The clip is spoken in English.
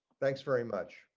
thanks very much.